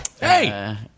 Hey